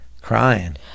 Crying